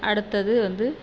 அடுத்தது வந்து